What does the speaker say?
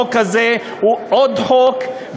החוק הזה הוא עוד חוק,